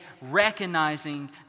recognizing